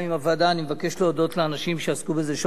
אני מבקש להודות לאנשים שעסקו בזה שעות רבות: